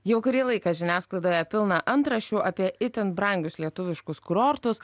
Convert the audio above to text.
jau kurį laiką žiniasklaidoje pilna antraščių apie itin brangius lietuviškus kurortus